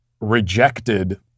rejected